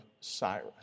Cyrus